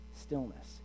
stillness